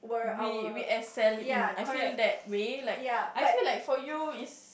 we we Excel you I feel that we like I feel like for you is